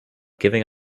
giving